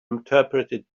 interpreted